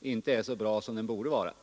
inte är så bra som den borde vara.